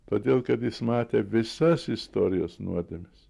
todėl kad jis matė visas istorijos nuodėmes